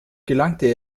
gelangte